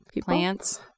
plants